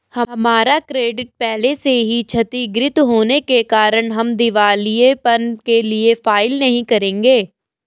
हमारा क्रेडिट पहले से ही क्षतिगृत होने के कारण हम दिवालियेपन के लिए फाइल नहीं करेंगे